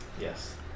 Yes